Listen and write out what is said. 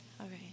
okay